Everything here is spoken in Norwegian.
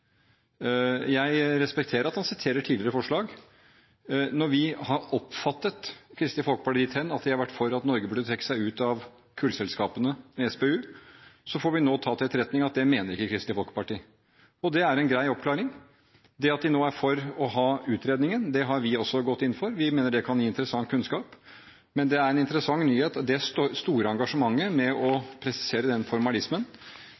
Jeg respekterer at han siterer tidligere forslag. Når vi har oppfattet Kristelig Folkeparti dit hen at de har vært for at Norge bør trekke SPU ut av kullselskapene, får vi nå ta til etterretning at det mener ikke Kristelig Folkeparti. Det er en grei oppklaring. De er nå for å ha utredningen. Det har vi også gått inn for, vi mener det kan gi interessant kunnskap. Men det er en interessant nyhet det store engasjementet med å presisere den formalismen.